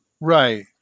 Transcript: right